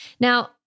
Now